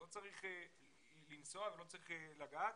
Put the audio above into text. לא צריך לנסוע ולא צריך לגעת.